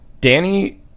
Danny